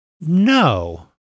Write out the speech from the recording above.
No